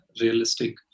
realistic